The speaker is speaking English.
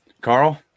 Carl